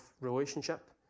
relationship